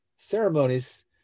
ceremonies